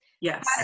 Yes